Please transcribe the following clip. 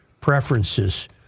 preferences